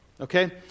Okay